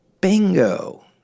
Bingo